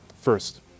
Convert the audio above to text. first